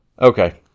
Okay